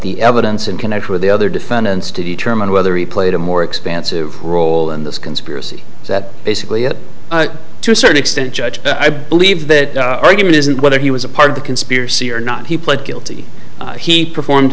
the evidence and connect with the other defendants to determine whether he played a more expansive role in this conspiracy that basically it to a certain extent judge i believe that argument isn't whether he was a part of the conspiracy or not he pled guilty he perform